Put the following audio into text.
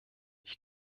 ich